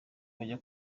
bajya